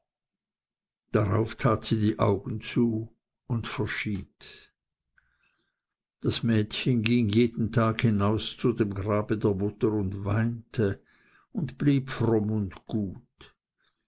darauf tat sie die augen zu und verschied das mädchen ging jeden tag hinaus zu dem grabe der mutter und weinte und blieb fromm und gut